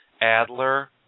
Adler